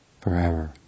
forever